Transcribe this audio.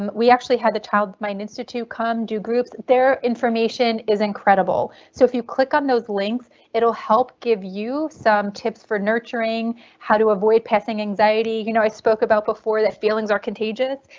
um we actually had the child mind institute come do groups. their information is incredible. so if you click on those links it'll help give you some tips for nurturing how to avoid passing anxiety. you know i spoke about before that feelings are contagious.